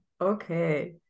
okay